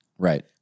Right